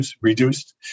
reduced